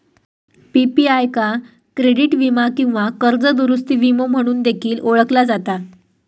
PPI का credit वीमा किंवा कर्ज दुरूस्ती विमो म्हणून देखील ओळखला जाता